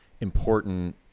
important